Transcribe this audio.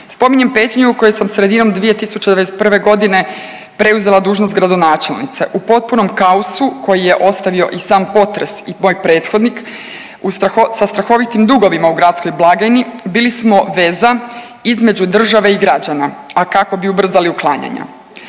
Spominjem Petrinju u kojoj sam sredinom 2021. godine preuzela dužnost gradonačelnice u potpunom kaosu koji je ostavio i sam potres i moj prethodnik u, sa strahovitom dugovima u gradskoj blagajni, bili smo veza između države i građana, a kao bi ubrzali uklanjanja.